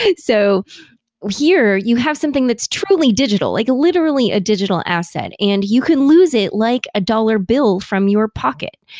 so here, you have something that's truly digital, like literally a digital asset. and you can lose it like a dollar bill from your pocket.